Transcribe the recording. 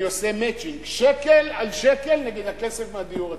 אני עושה "מצ'ינג" שקל על שקל נגד הכסף מהדיור הציבורי.